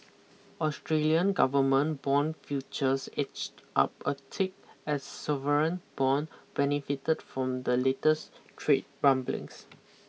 Australian government bond futures edged up a tick as sovereign bond benefited from the latest trade rumblings